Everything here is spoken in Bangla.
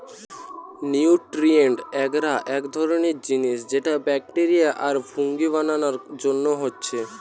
নিউট্রিয়েন্ট এগার এক ধরণের জিনিস যেটা ব্যাকটেরিয়া আর ফুঙ্গি বানানার জন্যে হচ্ছে